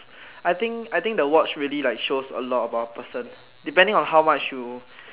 I think I think the watch really like show a lot about a person depending about how much you